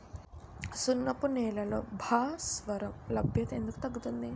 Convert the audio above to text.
సున్నపు నేలల్లో భాస్వరం లభ్యత ఎందుకు తగ్గుతుంది?